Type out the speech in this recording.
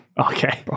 Okay